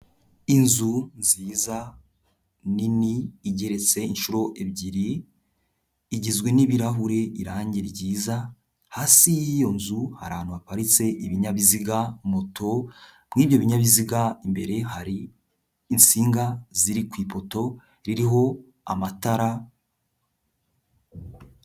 Inzu nziza nini igeretse inshuro ebyiri, igizwe n'ibirahure irange ryiza, hasi y'iyo nzu hari ahantu haparitse ibinyabiziga moto, muri ibyo binyabiziga imbere hari insinga ziri ku ipoto ririho amatara.